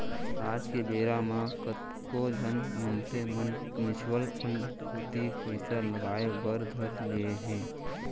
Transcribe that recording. आज के बेरा म कतको झन मनसे मन म्युचुअल फंड कोती पइसा लगाय बर धर लिये हें